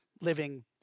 living